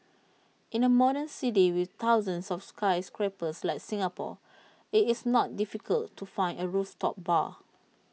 in A modern city with thousands of skyscrapers like Singapore IT is not difficult to find A rooftop bar